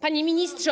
Panie Ministrze!